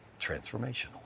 transformational